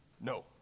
No